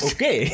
Okay